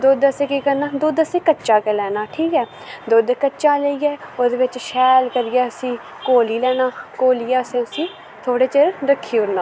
दुध्द असैं केह् करना दुध्द असैं कच्चा गै लैना दुध्द कच्चा लेईयै ओह्दै बिच्च शैल करियै उसी घोली लैना घोलियै असैं उसी थोह्ड़ै चिर रक्खी ओड़ना